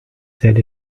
said